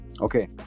Okay